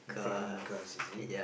flying cars is it